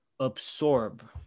absorb